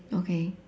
okay